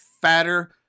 fatter